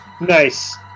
Nice